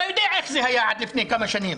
אתה יודע איך זה היה עד לפני כמה שנים